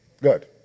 Good